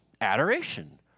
adoration